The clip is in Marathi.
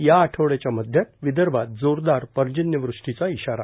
या आठवड्याच्या मध्यात विदर्भात जोरदार पर्जन्यवृष्टीचा ईशारा